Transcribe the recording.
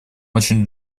очень